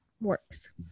works